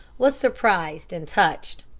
was surprised and touched.